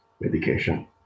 medication